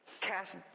Cast